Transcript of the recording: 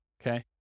Okay